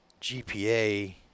GPA